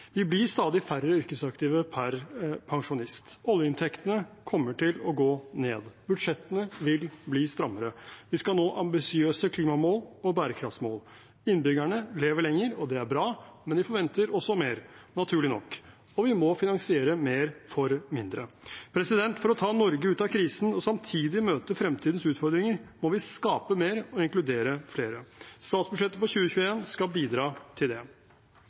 Vi blir stadig færre yrkesaktive per pensjonist. Oljeinntektene kommer til å gå ned. Budsjettene vil bli strammere. Vi skal nå ambisiøse klimamål og bærekraftsmål. Innbyggerne lever lenger, og det er bra, men de forventer også mer – naturlig nok. Vi må finansiere mer for mindre. For å ta Norge ut av krisen og samtidig møte fremtidens utfordringer, må vi skape mer og inkludere flere. Statsbudsjettet for 2021 skal bidra til det.